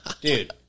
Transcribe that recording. Dude